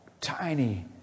tiny